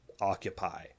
occupy